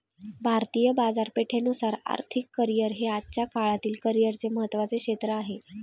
भारतीय बाजारपेठेनुसार आर्थिक करिअर हे आजच्या काळातील करिअरचे महत्त्वाचे क्षेत्र आहे